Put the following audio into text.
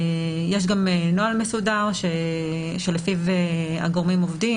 יש גם נוהל מסודר שלפיו הגורמים עובדים.